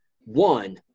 one